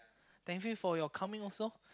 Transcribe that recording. thank you for your coming also